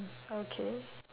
okay